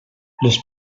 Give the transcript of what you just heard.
les